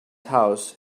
house